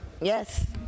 Yes